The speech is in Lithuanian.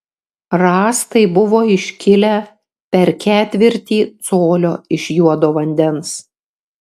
rąstai buvo iškilę per ketvirtį colio iš juodo vandens